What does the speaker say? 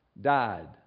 died